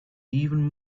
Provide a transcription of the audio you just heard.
even